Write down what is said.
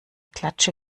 klatsche